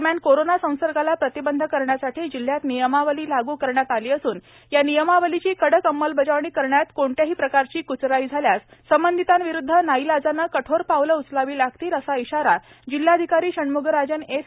दरम्यान कोरोना संसर्गाला प्रतिबंध करण्यासाठी जिल्ह्यात नियमावली लागू करण्यात आली असून या नियमावलीची कडक अंमलबजावणी करण्यात कोणत्याही प्रकारची क्चराई झाल्यास संबंधितांविरुद्ध नाईलाजाने कठोर पावले उचलावी लागतील असा इशारा जिल्हाधिकारी षण्मगराजन एस